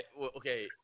okay